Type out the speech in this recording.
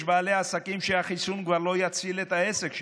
יש בעלי עסקים שהחיסון כבר לא יציל את העסק שלהם,